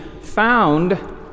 found